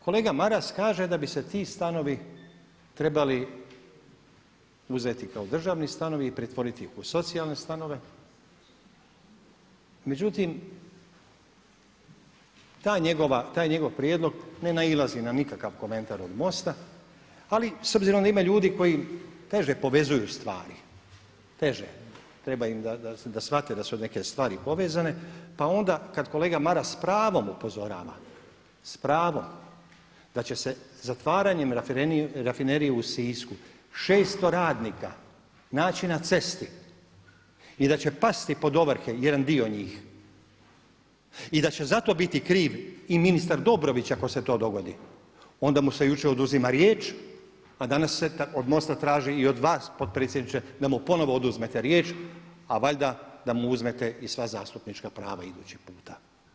Kolega Maras kaže da bi se ti stanovi trebali uzeti kao državni stanovi i pretvoriti ih u socijalne stanove, međutim taj njegov prijedlog ne nailazi na nikakav komentar od MOST-a ali s obzirom da ima ljudi koji teže povezuju stvari, teže, treba im da shvate da su neke stvari povezane, pa onda kad kolega Maras s pravom upozorava, s pravom da će se zatvaranjem rafinerije u Sisku 600 radnika naći na cesti i da će pasti pod ovrhe jedan dio njih i da će zato biti kriv i ministar Dobrović ako se to dogodi, onda mu se jučer oduzima riječ a danas se od MOST-a traži i od vas potpredsjedniče da mu ponovno oduzmete riječ, a valjda da mu uzmete i sva zastupnička prava idući puta.